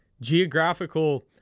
geographical